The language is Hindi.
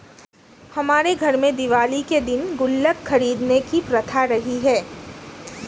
हमारे घर में दिवाली के दिन गुल्लक खरीदने की प्रथा रही है